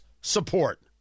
support